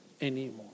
anymore